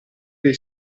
dei